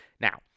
Now